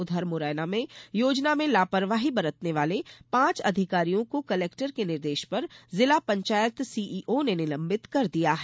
उधर मुरैना में योजना में लापरवाही बरतने वाले पांच अधिकारियों को कलेक्टर के निर्देश पर जिला पंचायत सीईओ ने निलंबित कर दिया है